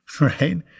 right